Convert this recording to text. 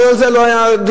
אבל על זה לא היה דיון.